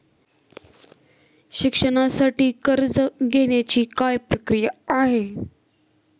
शिक्षणासाठी कर्ज घेण्याची काय प्रक्रिया आहे?